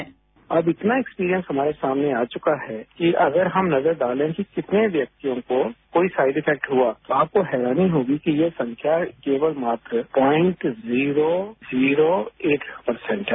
bite अब इतना experience हमारे सामने आ चुका है कि अगर हम नजर डाले कि कितने व्यक्तियों को कोई साइड इफेक्ट हुआ तो आपको हैरानी होगी कि ये संख्या केवल मात्र प्वाइंट जीरो जीरो एक पर्सेंट है